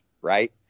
Right